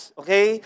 okay